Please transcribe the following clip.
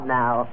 now